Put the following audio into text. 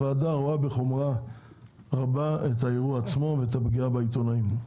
הוועדה רואה בחומרה רבה את האירוע עצמו ואת הפגיעה בעיתונאים.